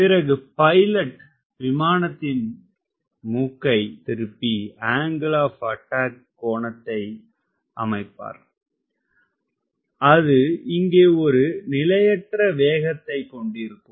பிறகு பைலட் விமானத்தின் மூக்கைத் திருப்பி அங்கிள் ஆப் அட்டாக் கோணத்தை அமைப்பார் அது இங்கே ஒரு நிலையற்ற வேகத்தைக் கொண்டிருக்கும்